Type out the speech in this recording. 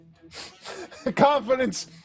Confidence